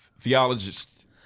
theologist